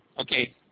Okay